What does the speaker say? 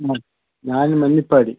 ഞാൻ മഞ്ഞപ്പാടി